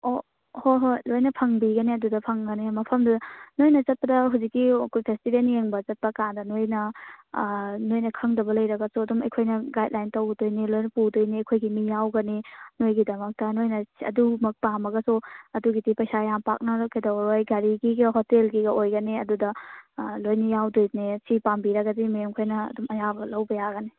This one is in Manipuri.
ꯑꯣ ꯍꯣꯏ ꯍꯣꯏ ꯂꯣꯏꯅ ꯐꯪꯕꯤꯒꯅꯤ ꯑꯗꯨꯗ ꯐꯪꯒꯅꯤ ꯃꯐꯝꯗꯨꯗ ꯅꯣꯏꯅ ꯆꯠꯄꯗ ꯍꯧꯖꯤꯛꯀꯤ ꯀꯨꯠ ꯐꯦꯁꯇꯤꯚꯦꯜ ꯌꯦꯡꯕ ꯆꯠꯄ ꯀꯥꯟꯗ ꯅꯣꯏꯅ ꯅꯣꯏꯅ ꯈꯪꯗꯕ ꯂꯩꯔꯒꯁꯨ ꯑꯗꯨꯝ ꯑꯩꯈꯣꯏꯅ ꯒꯥꯏꯠ ꯂꯥꯏꯟ ꯇꯧꯗꯣꯏꯅꯦ ꯂꯣꯏꯅ ꯄꯨꯗꯣꯏꯅꯦ ꯑꯩꯈꯣꯏꯒꯤ ꯃꯤ ꯌꯥꯎꯒꯅꯤ ꯅꯣꯏꯒꯤꯗꯃꯛꯇ ꯅꯣꯏꯅ ꯑꯗꯨꯒꯨꯝꯕ ꯄꯥꯝꯃꯒꯁꯨ ꯑꯗꯨꯒꯤꯗꯤ ꯄꯩꯁꯥ ꯌꯥꯝ ꯄꯥꯛꯅ ꯀꯩꯗꯧꯔꯔꯣꯏ ꯒꯥꯔꯤꯒꯤꯒ ꯍꯣꯇꯦꯜꯒꯤꯒ ꯑꯣꯏꯒꯅꯤ ꯑꯗꯨꯗ ꯂꯣꯏꯅ ꯌꯥꯎꯗꯣꯏꯅꯦ ꯁꯤ ꯄꯥꯝꯕꯤꯔꯒꯗꯤ ꯃꯦꯝꯈꯣꯏꯅ ꯑꯗꯨꯝ ꯑꯌꯥꯕ ꯂꯧꯕ ꯌꯥꯒꯅꯤ